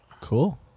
Cool